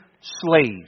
slaves